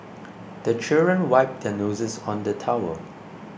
the children wipe their noses on the towel